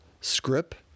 script